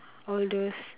all those